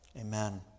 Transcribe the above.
Amen